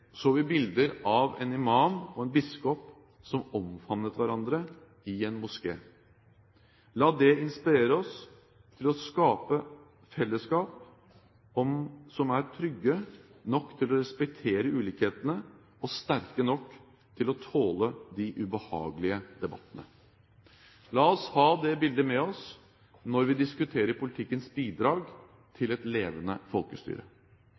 så vi bilder av en imam og en biskop som omfavnet hverandre i en moské. La det inspirere oss til å skape fellesskap som er trygge nok til å respektere ulikhetene og sterke nok til å tåle de ubehagelige debattene. La oss ha det bildet med oss når vi diskuterer politikkens bidrag til et levende folkestyre.